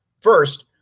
first